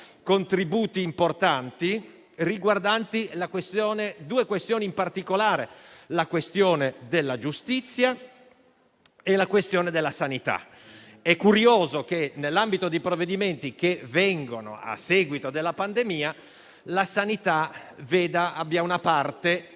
contributi importanti riguardanti due questioni in particolare: quella della giustizia e quella della sanità. È curioso che, nell'ambito di provvedimenti che vengono a seguito della pandemia, la sanità abbia una parte